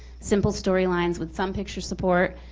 simple story lines with some picture support,